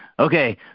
Okay